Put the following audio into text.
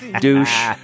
Douche